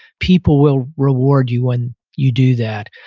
people will reward you when you do that.